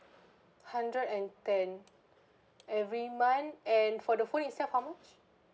hundred and ten every month and for the phone itself how much